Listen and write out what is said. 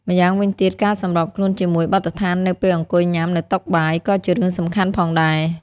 ម្យ៉ាងវិញទៀត ការសម្របខ្លួនជាមួយបទដ្ឋាននៅពេលអង្គុយញ៉ាំនៅតុបាយ ក៏ជារឿងសំខាន់ផងដែរ។